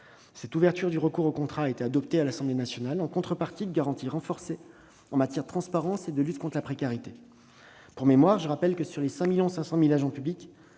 Cette ouverture du recours au contrat a été adoptée à l'Assemblée nationale, en contrepartie de garanties renforcées en matière de transparence et de lutte contre la précarité. Pour mémoire, près de 20 % des 5,5 millions d'agents publics